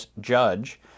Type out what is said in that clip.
judge